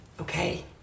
Okay